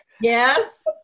Yes